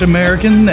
American